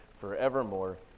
forevermore